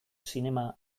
zinema